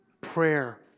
prayer